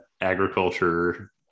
agriculture